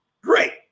Great